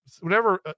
whenever